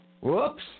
Whoops